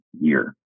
year